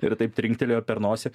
ir taip trinktelėjo per nosį